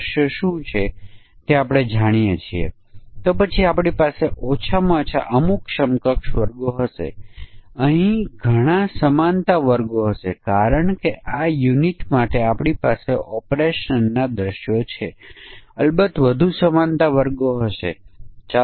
1 લાખથી વધુની થાપણો માટે તે 1 લાખથી વધારે રકમના વ્યાજની દર 1 વર્ષ સુધીના થાપણ માટે 7 ટકા 1 વર્ષથી વધુ થાપણ માટે 8 ટકા પરંતુ 3 વર્ષથી ઓછી અને 3 વર્ષથી વધુની થાપણો માટે 9 ટકા છે